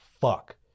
fuck